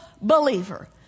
believer